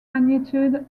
magnitude